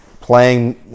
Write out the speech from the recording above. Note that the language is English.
playing